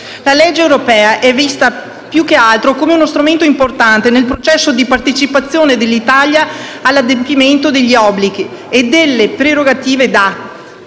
La legge europea è vista più che altro come uno strumento importante del processo di partecipazione dell'Italia all'adempimento degli obblighi e delle prerogative dati